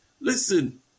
Listen